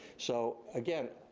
so again,